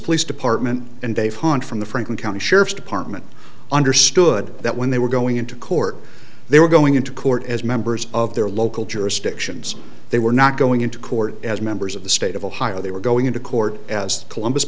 gone from the franklin county sheriff's department understood that when they were going into court they were going into court as members of their local jurisdictions they were not going into court as members of the state of ohio they were going into court as columbus